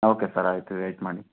okay sir ಆಯಿತು wait ಮಾಡಿ